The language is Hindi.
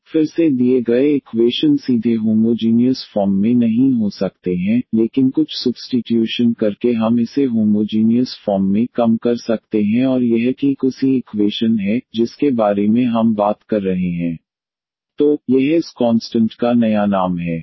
तो फिर से दिए गए इक्वेशन सीधे होमोजीनियस फॉर्म में नहीं हो सकते हैं लेकिन कुछ सुब्स्टीट्यूशन करके हम इसे होमोजीनियस फॉर्म में कम कर सकते हैं और यह ठीक उसी इक्वेशन है जिसके बारे में हम बात कर रहे हैं dydxaxbycaxbyc तो यह इस कॉन्स्टंट का नया नाम है